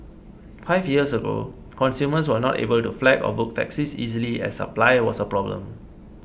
five years ago consumers were not able to flag or book taxis easily as supply was a problem